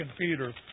Peter